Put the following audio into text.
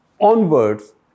onwards